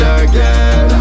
again